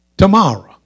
Tomorrow